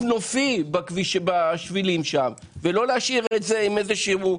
נופי בשבילים שם ולא להשאיר את זה זנוח.